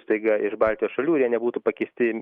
staiga iš baltijos šalių jie nebūtų pakeisti